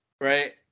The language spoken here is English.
right